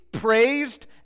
praised